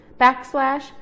backslash